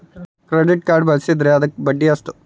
Credit card ಬಳಸಿದ್ರೇ ಅದಕ್ಕ ಬಡ್ಡಿ ಎಷ್ಟು?